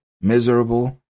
miserable